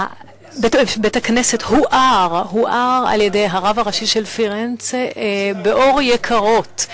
בית-הכנסת הואר על-ידי הרב הראשי של פירנצה באור יקרות.